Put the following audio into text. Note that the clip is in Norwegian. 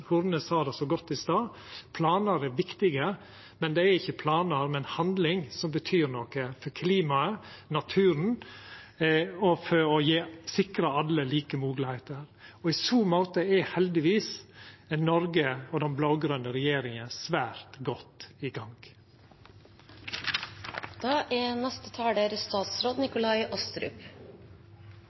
sa så godt i stad: Planar er viktige, men det er ikkje planar, men handling som betyr noko for klimaet og naturen og for å sikra alle like moglegheiter. I så måte er heldigvis Noreg og den blå-grøne regjeringa svært godt i